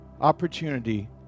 opportunity